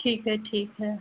ठीक है ठीक है